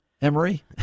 Emory